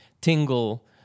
tingle